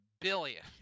billion